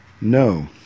No